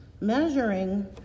measuring